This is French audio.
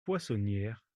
poissonnière